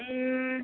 ம்